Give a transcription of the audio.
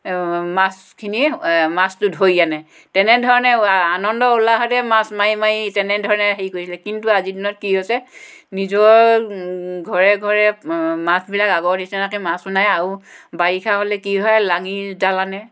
মাছখিনি মাছটো ধৰি আনে তেনেধৰণে আনন্দ উল্লাহতে মাছ মাৰি মাৰি তেনেধৰণে হেৰি কৰিছিলে কিন্তু আজিৰ দিনত কি হৈছে নিজৰ ঘৰে ঘৰে মাছবিলাক আগৰ নিচিনাকৈ মাছো নাই আৰু বাৰিষা হ'লে কি হয় লাঙি জাল আনে